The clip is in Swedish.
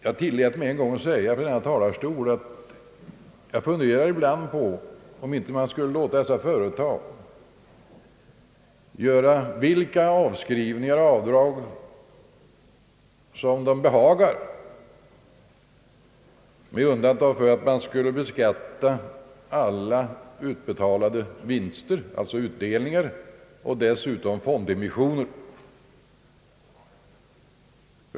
Jag tillät mig en gång säga från denna talarstol, att jag ibland funderar på om man inte skulle låta dessa företag göra vilka avskrivningar och avdrag de behagar och endast beskatta utdelningar och fondemissioner.